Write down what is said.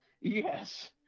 Yes